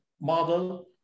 model